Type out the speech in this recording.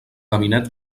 gabinet